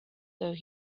though